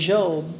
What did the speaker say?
Job